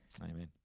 Amen